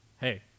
hey